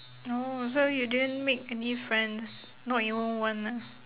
orh so you didn't make any friends not even one ah